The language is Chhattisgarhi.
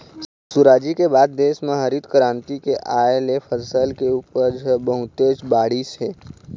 सुराजी के बाद देश म हरित करांति के आए ले फसल के उपज ह बहुतेच बाढ़िस हे